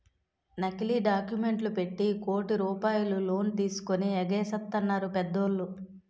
నకిలీ డాక్యుమెంట్లు పెట్టి కోట్ల రూపాయలు లోన్ తీసుకొని ఎగేసెత్తన్నారు పెద్దోళ్ళు